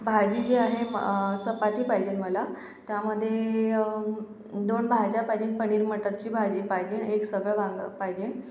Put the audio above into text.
भाजी जी आहे चपाती पाहिजे मला त्यामध्ये दोन भाज्या पाहिजेत पनीर मटरची भाजी पाहिजे एक सगळं वांगं पाहिजे